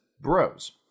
Bros